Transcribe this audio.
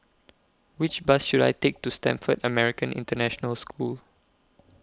Which Bus should I Take to Stamford American International School